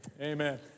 amen